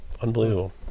Unbelievable